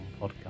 podcast